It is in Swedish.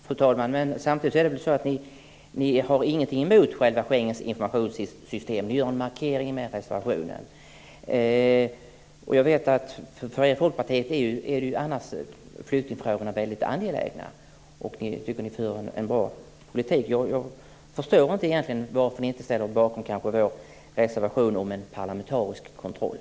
Fru talman! Samtidigt är det väl så att ni inte har något emot själva Schengens informationssystem. Ni gör en markering med reservationen. Jag vet att för Folkpartiet är ju flyktingfrågorna annars väldigt angelägna, och jag tycker att ni för en bra politik. Jag förstår egentligen inte varför ni inte ställer er bakom vår reservation om en parlamentarisk kontroll.